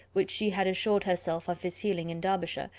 which she had assured herself of his feeling in derbyshire,